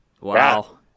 Wow